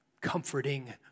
comforting